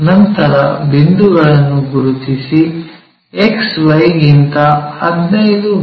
ನಂತರ ಬಿಂದುಗಳನ್ನು ಗುರುತಿಸಿ XY ಗಿಂತ 15 ಮಿ